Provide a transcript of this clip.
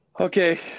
okay